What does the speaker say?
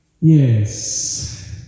Yes